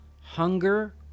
hunger